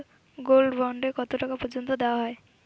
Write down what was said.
Gold bond এ কতো টাকা পর্যন্ত দেওয়া হয়?